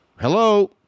hello